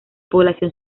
población